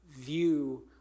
view